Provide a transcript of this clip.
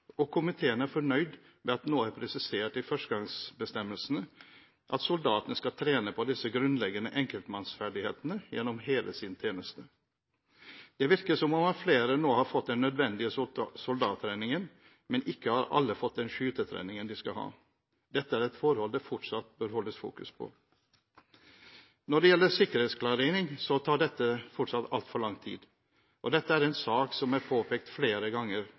og komiteen er fornøyd med at det nå er presisert i førstegangstjenestebestemmelsene at soldatene skal trene på disse grunnleggende enkeltmannsferdighetene gjennom hele sin tjeneste. Det virker som om flere nå har fått den nødvendige soldattreningen, men ikke alle har fått den skytetreningen de skal ha. Dette er et forhold det fortsatt bør holdes fokus på. Når det gjelder sikkerhetsklarering, tar dette fortsatt altfor lang tid. Dette er en sak som er påpekt flere ganger